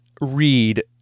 read